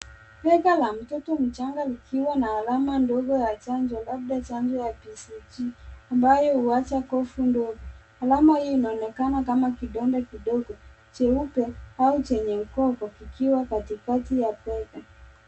Bega la mtoto mchanga likiwa na alama ndogo ya chanjo, labda chanjo ya BCG ambayo huacha kofu ndogo . Alama hii inaonekana kama kidonda kidogo cheupe au chenye mgongo kikiwa katikati ya bega.